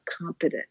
competent